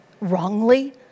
wrongly